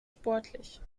sportlich